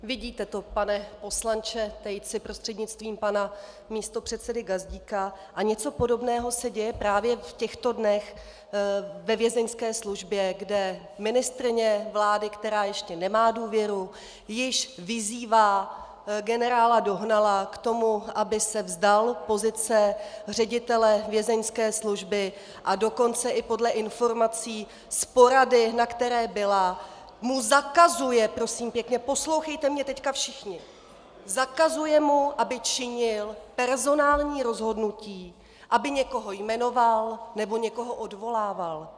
Vidíte to, pane poslanče Tejci prostřednictvím pana místopředsedy Gazdíka, a něco podobného se děje právě v těchto dnech ve Vězeňské službě, kde ministryně vlády, která ještě nemá důvěru, již vyzývá generála Dohnala k tomu, aby se vzdal pozice ředitele Vězeňské služby, a dokonce i podle informací z porady, na které byla, mu zakazuje prosím pěkně, poslouchejte mě teď všichni zakazuje mu, aby činil personální rozhodnutí, aby někoho jmenoval nebo někoho odvolával.